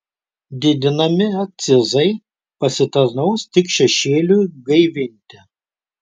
didinami akcizai pasitarnaus tik šešėliui gaivinti